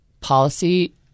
policy